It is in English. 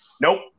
Nope